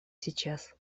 сейчас